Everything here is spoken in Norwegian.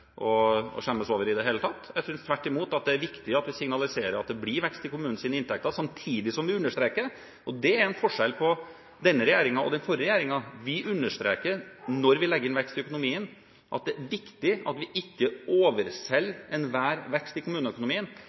å skjemmes over i det hele tatt. Jeg synes tvert imot det er viktig at vi signaliserer at det blir vekst i kommunenes inntekter, samtidig som vi understreker at når vi legger inn vekst i økonomien – og det er en forskjell på denne regjeringen og den forrige regjeringen – er det viktig at vi ikke overselger enhver vekst i